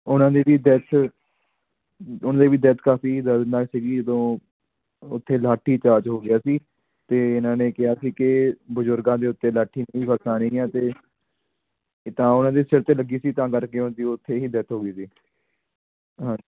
ਉਹਨਾਂ ਦੀ ਵੀ ਡੈਥ ਉਹਨਾਂ ਦੀ ਵੀ ਡੈਥ ਕਾਫੀ ਦਰਦਨਾਕ ਸੀਗੀ ਜਦੋਂ ਉੱਥੇ ਲਾਠੀਚਾਰਜ ਹੋ ਗਿਆ ਸੀ ਅਤੇ ਇਹਨਾਂ ਨੇ ਕਿਹਾ ਸੀ ਕਿ ਬਜ਼ੁਰਗਾਂ ਦੇ ਉੱਤੇ ਲਾਠੀ ਨਹੀਂ ਬਰਸਾਉਣੀ ਆ ਅਤੇ ਜਿੱਦਾਂ ਉਹਨਾਂ ਦੇ ਸਿਰ 'ਤੇ ਲੱਗੀ ਸੀ ਤਾਂ ਕਰਕੇ ਉਹਦੀ ਉੱਥੇ ਹੀ ਡੈਥ ਹੋ ਗਈ ਸੀ ਹਾਂਜੀ